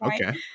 okay